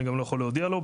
אני גם לא יכול להודיע לו.